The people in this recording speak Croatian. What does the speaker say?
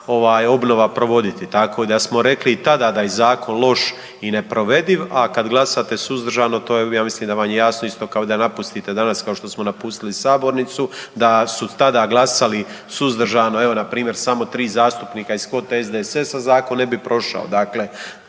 obnova provoditi, tako da smo rekli i tada da je zakon loš i neprovediv, a kad glasate suzdržano to je ja mislim da vam je jasno isto kao da napustite danas kao što smo napustili sabornicu da su tada glasali suzdržano, evo npr. samo 3 zastupnika iz …/Govornik se ne razumije/…SDSS-a zakon ne bi prošao. Dakle,